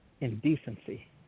indecency